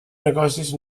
negocis